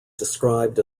described